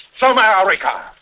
America